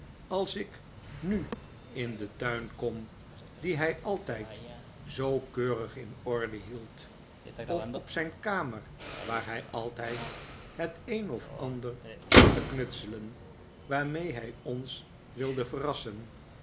als ik nu in den tuin kom dien hij altijd zoo keurig in orde hield of op zijn kamer waar hij altijd het een of ander zat te knutselen waarmee hij ons wilde verrassen